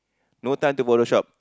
no time to Photoshop